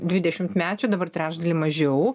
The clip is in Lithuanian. dvidešimtmečių dabar trečdalį mažiau